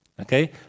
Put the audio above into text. okay